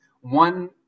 one